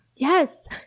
Yes